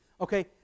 Okay